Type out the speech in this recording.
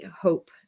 Hope